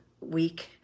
week